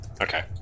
Okay